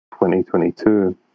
2022